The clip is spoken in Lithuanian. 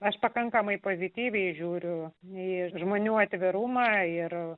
aš pakankamai pozityviai žiūriu į žmonių atvirumą ir